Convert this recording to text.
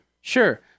Sure